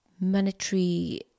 monetary